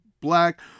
Black